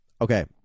Okay